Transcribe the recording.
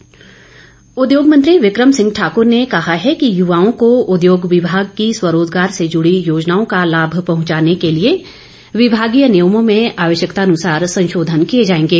बिक म ठाकुर उद्योग मंत्री बिक्रम सिंह ठाकुर ने कहा है कि युवाओं को उद्योग विभाग की स्वरोजगार से जूड़ी योजनाओं का लाभ पहुंचाने के लिए विभागीय नियमों में आवश्यकतानुसार संशोधन किए जाएगे